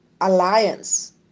alliance